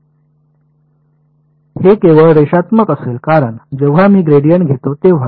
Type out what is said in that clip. हे केवळ रेषात्मक असेल कारण जेव्हा मी ग्रेडियंट घेतो तेव्हा